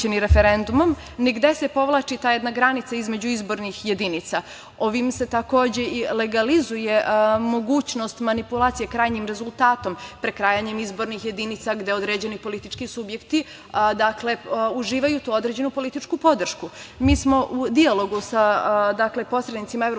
referendumom, ni gde se povlači ta jedna granica između izbornih jedinica. Ovim se takođe i legalizuje mogućnost manipulacije krajnjim rezultatom, prekrajanjem izbornih jedinica gde određeni politički subjekti uživaju tu određenu političku podršku. Mi smo u dijalogu sa posrednicima